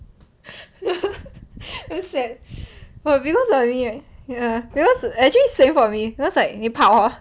damn sad no because of me right ya because actually same for me because like 你跑 hor